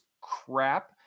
crap